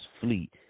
fleet